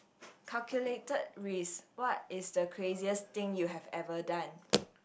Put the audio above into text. calculated risk what is the craziest thing you have ever done